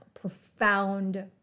Profound